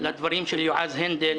לדברים של יועז הנדל,